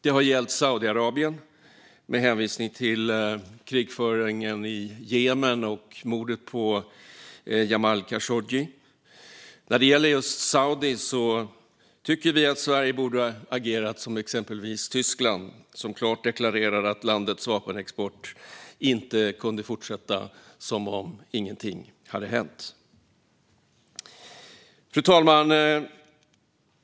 Det har gällt Saudiarabien, med hänvisning med krigföringen i Jemen och mordet på Jamal Khashoggi. När det gäller just Saudi tycker vi att Sverige borde ha agerat som Tyskland, som klart deklarerade att landets vapenexport inte kunde fortsätta som om inget hade hänt. Fru talman!